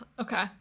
Okay